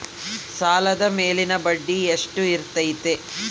ಸಾಲದ ಮೇಲಿನ ಬಡ್ಡಿ ಎಷ್ಟು ಇರ್ತೈತೆ?